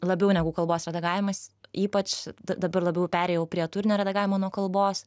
labiau negu kalbos redagavimas ypač dabar labiau perėjau prie turinio redagavimo nuo kalbos